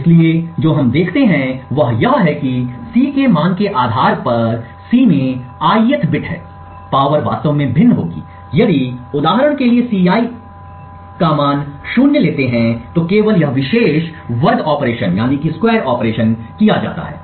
इसलिए जो हम देखते हैं वह यह है कि C के मान के आधार पर C में ith बिट है पावर वास्तव में भिन्न होगी यदि उदाहरण के लिए Ci 0 का मान है तो केवल यह विशेष वर्ग ऑपरेशन किया जाता है